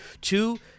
two